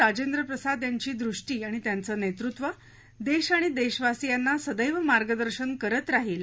राजेंद्र प्रसाद यांची दृष्टी आणि त्याचं नेतृत्व देश आणि देशवासियांना सदैव मार्गदर्शन करत राहील